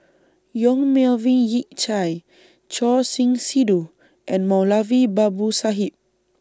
Yong Melvin Yik Chye Choor Singh Sidhu and Moulavi Babu Sahib